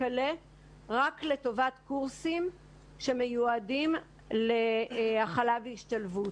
רק לטובת קורסים שמיועדים להכלה והשתלבות.